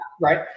Right